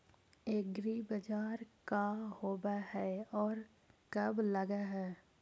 एग्रीबाजार का होब हइ और कब लग है?